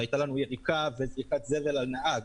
יריקה וזריקת זבל על נהג,